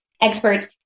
experts